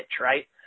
right